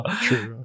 true